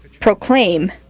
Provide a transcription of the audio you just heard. proclaim